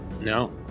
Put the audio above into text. No